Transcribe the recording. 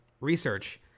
research